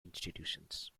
institutions